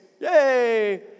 yay